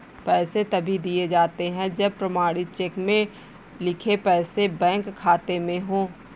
पैसे तभी दिए जाते है जब प्रमाणित चेक में लिखे पैसे बैंक खाते में हो